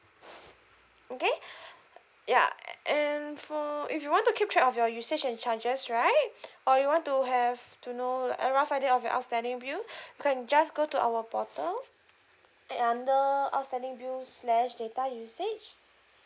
okay ya and for if you want to keep track of your usage and charges right or you want to have to know like a rough idea of your outstanding bill you can just go to our portal under outstanding bill slash data usage